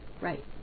right